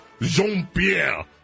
Jean-Pierre